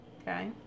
okay